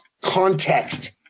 context